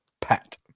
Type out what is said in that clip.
Pat